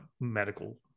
medical